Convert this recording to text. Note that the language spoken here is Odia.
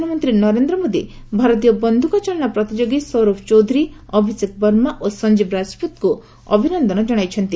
ପ୍ରଧାନମନ୍ତ୍ରୀ ନରେନ୍ଦ୍ର ମୋଦି ଭାରତୀୟ ବନ୍ଧୁକ ଚାଳନା ପ୍ରତିଯୋଗୀ ସୌରଭ ଚୌଧୁରୀ ଅଭିଷେକ ବର୍ମା ଓ ସଂଜୀବ ରାଜପୁତଙ୍କୁ ଅଭିନନ୍ଦନ ଜଣାଇଛନ୍ତି